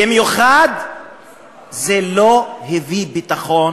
במיוחד כשזה לא הביא ביטחון